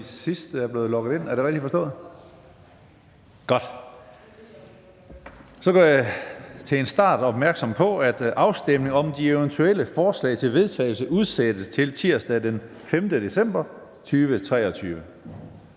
Så gør jeg til en start opmærksom på, at afstemning om de eventuelle forslag til vedtagelse udsættes til tirsdag den 5. december 2023.